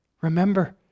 Remember